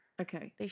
Okay